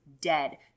dead